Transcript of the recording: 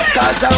Cause